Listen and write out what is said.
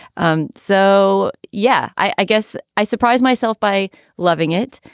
um so, yeah, i guess i surprised myself by loving it.